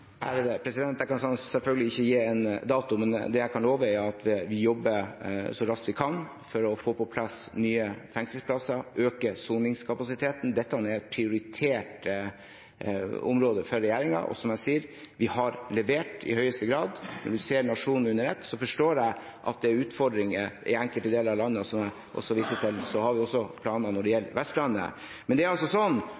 Jeg kan selvfølgelig ikke gi en dato, men jeg kan love at vi jobber så raskt vi kan for å få på plass nye fengselsplasser og øke soningskapasiteten. Dette er et prioritert område for regjeringen. Og som jeg sier: Vi har levert i høyeste grad når man ser nasjonen under ett. Jeg forstår at det er utfordringer i enkelte deler av landet, og som jeg viste til, har vi også planer når det